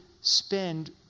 spend